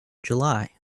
july